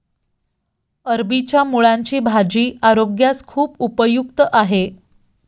अरबीच्या मुळांची भाजी आरोग्यास खूप उपयुक्त आहे